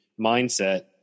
mindset